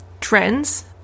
trends